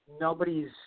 nobody's